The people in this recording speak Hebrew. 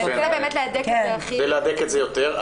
זה להדק את זה הכי --- ולהדק את זה יותר.